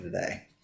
today